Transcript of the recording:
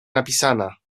napisana